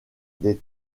des